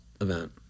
event